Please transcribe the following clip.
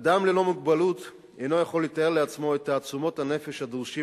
אדם ללא מוגבלות אינו יכול לתאר לעצמו את תעצומות הנפש הדרושות